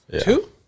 Two